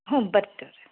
ಹ್ಞೂ ಬರ್ತೀವಿ ರೀ